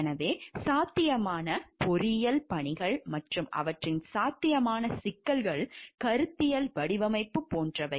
எனவே சாத்தியமான பொறியியல் பணிகள் மற்றும் அவற்றின் சாத்தியமான சிக்கல்கள் கருத்தியல் வடிவமைப்பு போன்றவை